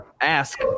ask